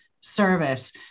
service